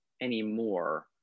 anymore